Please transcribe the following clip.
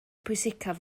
pwysicaf